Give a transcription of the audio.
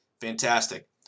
Fantastic